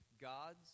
God's